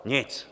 Nic!